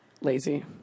Lazy